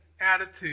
attitude